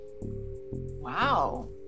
Wow